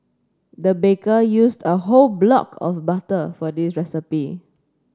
the baker used a whole block of butter for this recipe